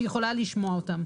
שהיא יכולה לשמוע אותם.